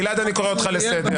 גלעד, אני קורא אותך לסדר.